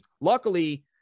luckily